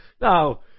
now